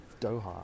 Doha